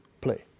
play